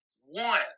one